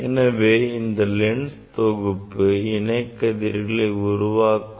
எனவே இந்த லென்ஸ் தொகுப்புகள் இணை கதிர்களை உருவாக்குவதற்காகும்